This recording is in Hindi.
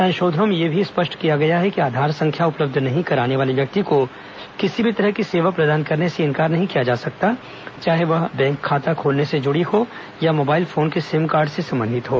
संशोधनों में यह भी स्पष्ट किया गया है कि आधार संख्या उपलब्ध नहीं कराने वाले व्यक्ति को किसी भी तरह की सेवा प्रदान करने से इन्कार नहीं किया जा सकता चाहे वह बैंक खाता खोलने से जूड़ी हो या मोबाइल फोन के सिम कार्ड से संबंधित हों